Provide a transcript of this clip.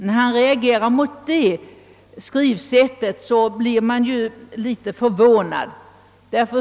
När han gör det blir man en smula förvånad.